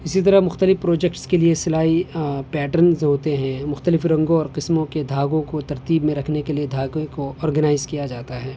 اسی طرح مختلف پروجیکٹس کے لیے سلائی پیٹرنز ہوتے ہیں مختلف رنگوں اور قسموں کے دھاگوں کو ترتیب میں رکھنے کے لیے دھاگے کو آرگنائز کیا جاتا ہے